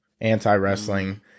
anti-wrestling